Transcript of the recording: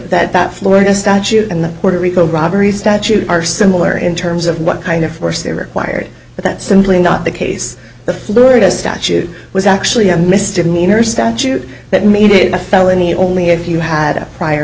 that that florida statute and the puerto rico robbery statute are similar in terms of what kind of force they require but that's simply not the case the florida statute was actually a misdemeanor statute that made it a felony only if you had a prior